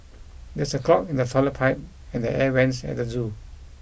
there's a clog in the toilet pipe and the air vents at the zoo